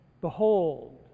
Behold